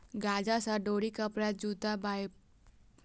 गांजा सं डोरी, कपड़ा, जूता, बायोप्लास्टिक, कागज, जैव ईंधन आदि बनाएल जाइ छै